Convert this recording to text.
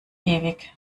ewig